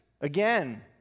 Again